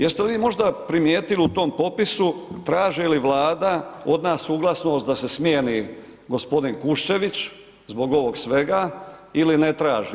Jeste li vi možda primijetili u tom popisu traži li Vlada od nas suglasnost da se smijeni gospodin Kušćević zbog ovog svega ili ne traži?